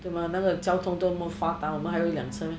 对吗那个交通那么发达我们还要一辆车么